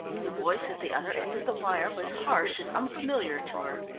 the voice at the other end of the wire was harsh and unfamiliar to her.